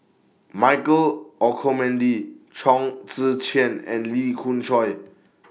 Michael Olcomendy Chong Tze Chien and Lee Khoon Choy